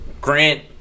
Grant